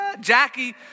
Jackie